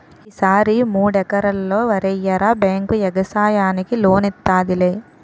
ఈ సారి మూడెకరల్లో వరెయ్యరా బేంకు యెగసాయానికి లోనిత్తాదిలే